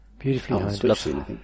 Beautifully